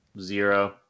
Zero